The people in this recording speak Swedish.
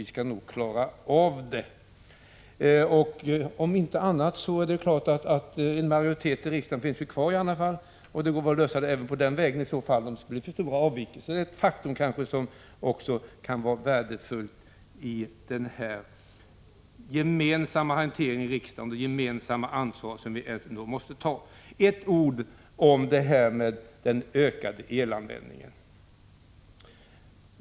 Vi skall nog klara av det. Om inte annat är det klart att en majoritet i riksdagen finns kvar i alla fall, och då går frågan att lösa även om det skulle bli stora avvikelser i betraktelsesätt. Det är ett faktum som kan vara värdefullt i den gemensamma hanteringen i riksdagen och när det gäller det gemensamma ansvar vi ändå måste ta. Några ord om den ökade elanvändningen.